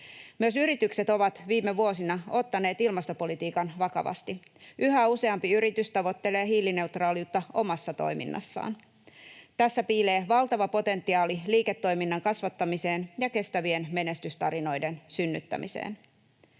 Myös yritykset ovat viime vuosina ottaneet ilmastopolitiikan vakavasti. Yhä useampi yritys tavoittelee hiilineutraaliutta omassa toiminnassaan. Tässä piilee valtava potentiaali liiketoiminnan kasvattamiseen ja kestävien menestystarinoiden synnyttämiseen.